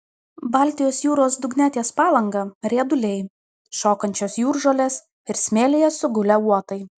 baltijos jūros dugne ties palanga rieduliai šokančios jūržolės ir smėlyje sugulę uotai